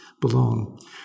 belong